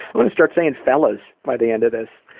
i'm gonna start saying and fellas by the end of this.